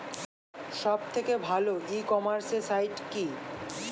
সব থেকে ভালো ই কমার্সে সাইট কী?